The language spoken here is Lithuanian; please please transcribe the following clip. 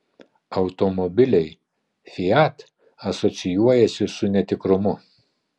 automobiliai fiat asocijuojasi su netikrumu